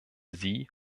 sie